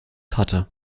hatte